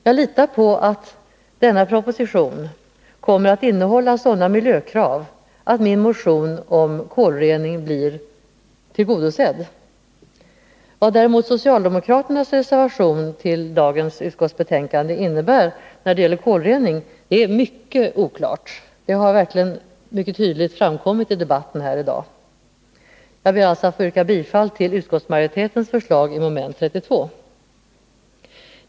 Jag litar på att denna proposition kommer att innehålla sådana miljökrav att min motion om kolrening blir tillgodosedd. Vad däremot socialdemokraternas reservation till dagens betänkande innebär när det gäller kolrening är mycket oklart. Det har verkligen mycket tydligt framkommit i dagens debatt. Jag ber alltså att få yrka bifall till utskottsmajoritetens förslag i mom. 32.